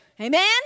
amen